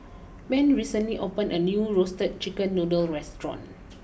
Penni recently opened a new Roasted Chicken Noodle restaurant